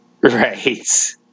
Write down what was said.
Right